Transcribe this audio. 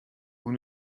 vous